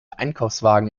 einkaufswagen